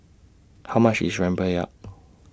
How much IS Rempeyek